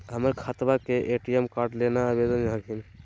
हमर खतवा के ए.टी.एम कार्ड केना आवेदन हखिन?